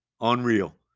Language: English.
Unreal